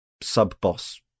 sub-boss